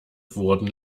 wurden